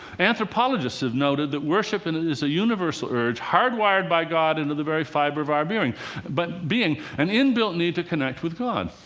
anthropologists have noted that worship and is a universal urge, hardwired by god into the very fiber of our being but being an inbuilt need to connect with god.